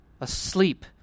asleep